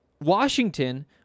Washington